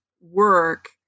work